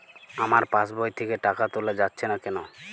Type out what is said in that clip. আমার পাসবই থেকে টাকা তোলা যাচ্ছে না কেনো?